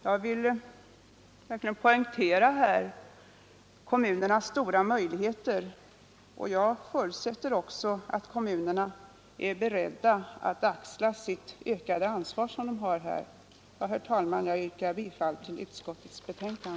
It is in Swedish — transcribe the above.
Jag vill här verkligen poängtera kommunernas stora möjligheter. Jag förutsätter också att kommunerna är beredda att axla det ökade ansvar som de på denna punkt fått. Herr talman! Jag yrkar bifall till utskottets hemställan.